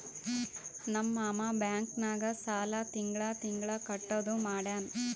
ನಮ್ ಮಾಮಾ ಬ್ಯಾಂಕ್ ನಾಗ್ ಸಾಲ ತಿಂಗಳಾ ತಿಂಗಳಾ ಕಟ್ಟದು ಮಾಡ್ಯಾನ್